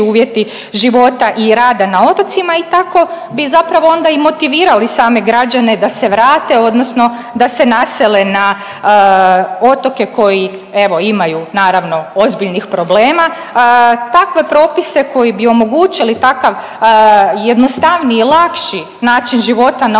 uvjeti života i rada na otocima i tako bi zapravo onda i motivirali same građane da se vrate odnosno da se nasele na otoke koji evo imaju naravno ozbiljnih problema. Takve propise koji bi omogućili takav jednostavniji i lakši način života na